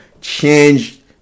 changed